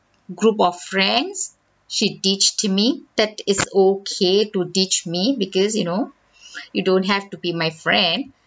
group of friends she ditched me that it's okay to ditch me because you know you don't have to be my friend